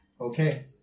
Okay